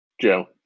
Joe